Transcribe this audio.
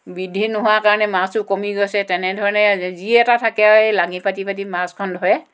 বৃদ্ধি নোহোৱাৰ কাৰণে মাছো কমি গৈছে তেনেধৰণে যি এটা থাকে আৰু এই লাঙি পাতি পাতি মাছখন ধৰে